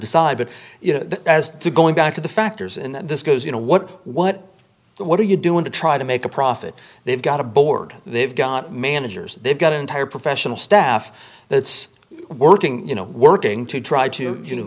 decide but you know as to going back to the factors and this goes you know what what what are you doing to try to make a profit they've got a board they've got managers they've got entire professional staff that's working you know working to try to